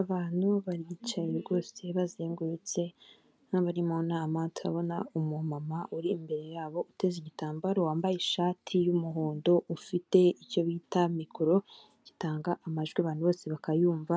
Abantu baricaye rwose bazengurutse nk'abari mu nama turabona umumama uri imbere yabo uteze igitambaro wambaye ishati y'umuhondo ufite icyo bita mikoro, gitanga amajwi abantu bose bakayumva